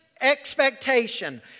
expectation